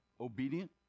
obedient